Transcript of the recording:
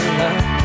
love